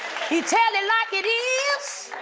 he tell it like it is!